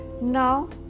Now